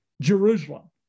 Jerusalem